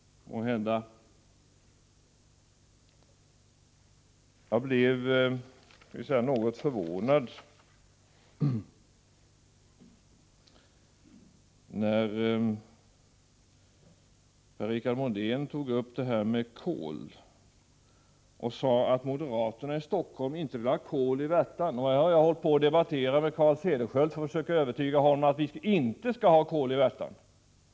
Jag blev något förvånad när Per-Richard Molén sade att moderaterna i Stockholm inte vill ha kol i Värtan. Här har jag hållit på och debatterat med Carl Cederschiöld för att försöka övertyga honom om att vi inte skall ha kol i Värtan!